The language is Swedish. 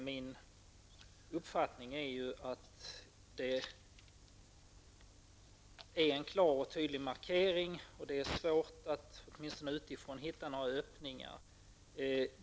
Min uppfattning är att det är en klar och tydlig markering. Det är svårt att så här utifrån hitta några öppningar.